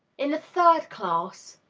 in a third class,